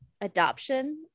adoption